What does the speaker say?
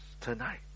tonight